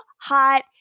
hot